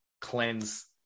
cleanse